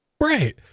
right